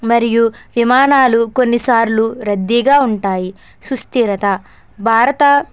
మరియు విమానాలు కొన్నిసార్లు రద్దీగా ఉంటాయి సుస్థిరత భారత